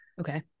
Okay